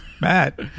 Matt